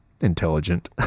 intelligent